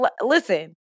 Listen